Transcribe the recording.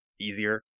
easier